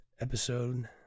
episode